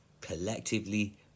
collectively